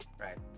Right